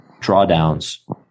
drawdowns